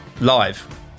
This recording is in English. live